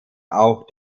auch